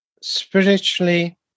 spiritually